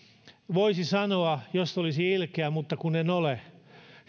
voisi sanoa jos olisi ilkeä mutta kun en ole